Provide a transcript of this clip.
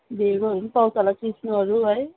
ढोँडोहरू पनि पाउँछ होला सिस्नुहरू है